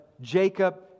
Jacob